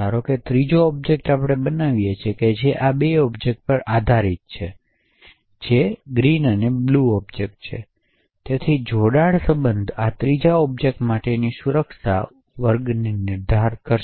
ધારો કે આપણે ત્રીજો ઓબ્જેક્ટ બનાવીએ છીએ જે આ બે ઑબ્જેક્ટ્સ પર આધારિત છે જે ગ્રીન ઑબ્જેક્ટ અને બ્લુ ઑબ્જેક્ટ છે તેથી જોડાણ સંબંધ આ ત્રીજા ઑબ્જેક્ટ માટે સુરક્ષા વર્ગને નિર્ધારિત કરશે